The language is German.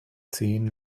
zehn